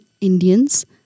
Indians